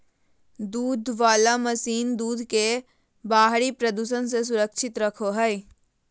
दूध वला मशीन दूध के बाहरी प्रदूषण से सुरक्षित रखो हइ